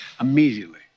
immediately